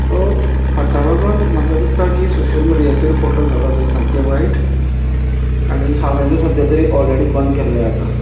so हाका लागून म्हाका दिसता की सोशल मिडियाचेर फोटो घालप हे सामके वायट आनी हांवेनूय सद्या तरी ऑलरेडी बंद केल्ले आसा